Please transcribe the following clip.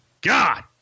God